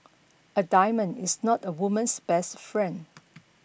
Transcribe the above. a diamond is not a woman's best friend